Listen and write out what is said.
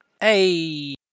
hey